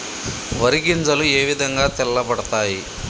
వరి గింజలు ఏ విధంగా తెల్ల పడతాయి?